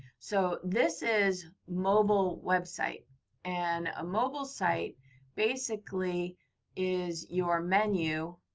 so this is mobile website and a mobile site basically is your menu.